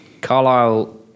Carlisle